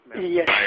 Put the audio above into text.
Yes